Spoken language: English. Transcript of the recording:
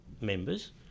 members